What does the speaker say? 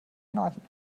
schnarchen